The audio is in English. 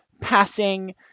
Passing